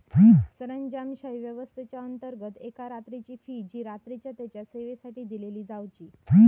सरंजामशाही व्यवस्थेच्याअंतर्गत एका रात्रीची फी जी रात्रीच्या तेच्या सेवेसाठी दिली जावची